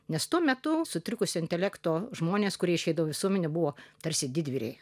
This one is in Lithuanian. nes tuo metu sutrikusio intelekto žmonės kurie išvydo visuomenė buvo tarsi didvyriai